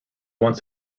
one